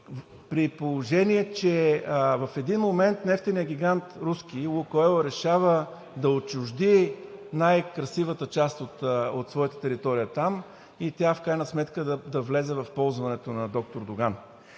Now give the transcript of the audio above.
при положение че в един момент нефтеният гигант „Лукойл“ – руски, решава да отчужди най-красивата част от своята територия там и тя в крайна сметка да влезе в ползването на доктор Доган.